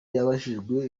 yabajijwe